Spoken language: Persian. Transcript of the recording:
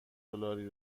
دلاری